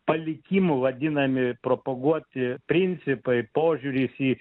palikimu vadinami propaguoti principai požiūris į